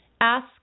ask